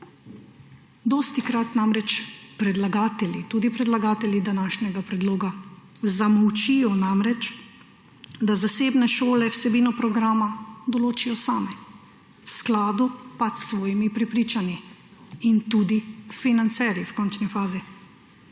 dostikrat namreč predlagatelji, tudi predlagatelji današnjega predloga, zamolčijo, da zasebne šole vsebino programa določijo same v skladu s svojimi prepričanji in v končni fazi